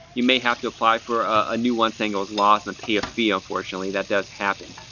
you may have to apply for a new one, saying it was lost and pay a fee. unfortunately, that does happen.